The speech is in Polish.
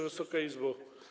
Wysoka Izbo!